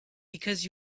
because